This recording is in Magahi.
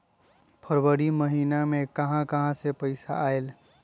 फरवरी महिना मे कहा कहा से पैसा आएल?